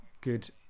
good